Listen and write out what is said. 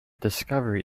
discovery